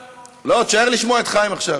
לא, תישאר לשמוע את חיים עכשיו.